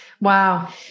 Wow